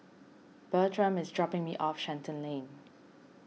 Bertram is dropping me off Shenton Lane